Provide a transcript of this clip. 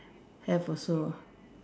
have also